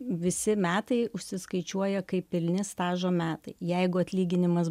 visi metai užsiskaičiuoja kaip pilni stažo metai jeigu atlyginimas